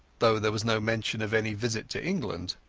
though there was no mention of any visit to england.